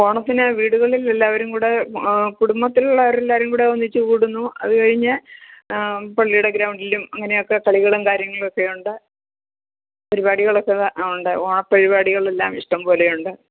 ഓണത്തിന് വീടുകളിൽ എല്ലാവരും കൂടെ കുടുംബത്തിലുള്ളവർ എല്ലാവരും കൂടെ ഒന്നിച്ച് കൂടുന്നു അതുകഴിഞ്ഞ് പള്ളിയുടെ ഗ്രൗണ്ടിലും അങ്ങനെയൊക്കെ കളികളും കാര്യങ്ങളൊക്കെ ഉണ്ട് പരിപാടികളൊക്കെ ആ ഉണ്ട് ഓണപ്പരിപാടികൾ എല്ലാം ഇഷ്ടംപോലെ ഉണ്ട്